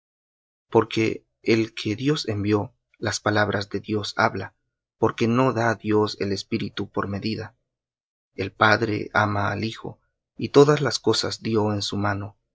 porque el que dios envió las palabras de dios habla porque no da dios el espíritu por medida el padre ama al hijo y todas las cosas dió en su mano